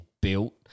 built